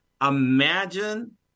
imagine